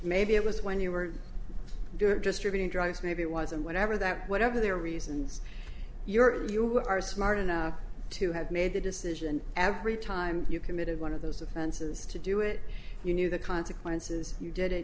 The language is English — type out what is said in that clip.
maybe it was when you were doing just riveting drugs maybe it was and whatever that whatever their reasons you're you are smart enough to have made the decision every time you committed one of those offenses to do it you knew the consequences you did it